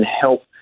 help